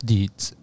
Deeds